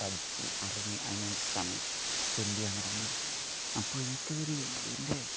പഠിച്ച് അറിഞ്ഞ് അതിന് വേണ്ടി സമയം സ്പെൻഡ് ചെയ്യാറുണ്ട് അന്നേരം അപ്പോൾ എനിക്കതൊര് എൻ്റെ